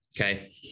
okay